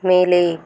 மேலே